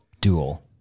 duel